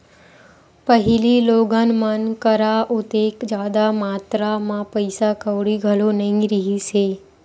पहिली लोगन मन करा ओतेक जादा मातरा म पइसा कउड़ी घलो नइ रिहिस हे